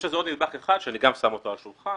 יש עוד נדבך אחד שאני שם אותו על השולחן: